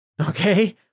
Okay